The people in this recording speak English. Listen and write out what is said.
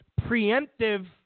preemptive